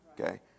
Okay